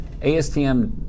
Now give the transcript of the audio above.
ASTM